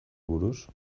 buruz